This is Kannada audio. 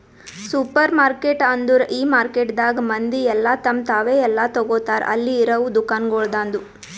ಸೂಪರ್ಮಾರ್ಕೆಟ್ ಅಂದುರ್ ಈ ಮಾರ್ಕೆಟದಾಗ್ ಮಂದಿ ಎಲ್ಲಾ ತಮ್ ತಾವೇ ಎಲ್ಲಾ ತೋಗತಾರ್ ಅಲ್ಲಿ ಇರವು ದುಕಾನಗೊಳ್ದಾಂದು